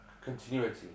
continuity